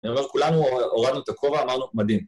‫אני אומר, כולנו הורדנו את הכובע, ‫אמרנו, מדהים.